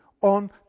on